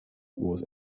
was